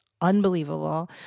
unbelievable